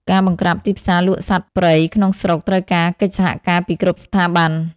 ការបង្ក្រាបទីផ្សារលក់សត្វព្រៃក្នុងស្រុកត្រូវការកិច្ចសហការពីគ្រប់ស្ថាប័ន។